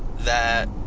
that